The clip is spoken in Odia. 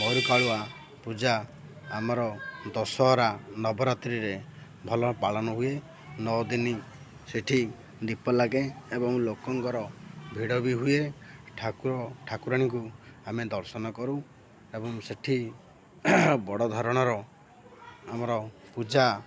ମହୁରୀ କାଳୁଆ ପୂଜା ଆମର ଦଶହରା ନବରାତ୍ରିରେ ଭଲ ପାଳନ ହୁଏ ନଅ ଦିନ ସେଠି ଦୀପ ଲାଗେ ଏବଂ ଲୋକଙ୍କର ଭିଡ଼ ବି ହୁଏ ଠାକୁର ଠାକୁରାଣୀଙ୍କୁ ଆମେ ଦର୍ଶନ କରୁ ଏବଂ ସେଠି ବଡ଼ ଧରଣର ଆମର ପୂଜା